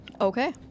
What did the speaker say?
Okay